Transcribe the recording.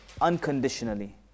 unconditionally